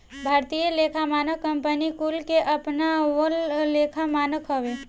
भारतीय लेखा मानक कंपनी कुल के अपनावल लेखा मानक हवे